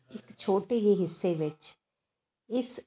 ਇੱਕ ਛੋਟੇ ਜਿਹੇ ਹਿੱਸੇ ਵਿੱਚ ਇਸ